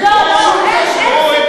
אשר "העז" לוותר,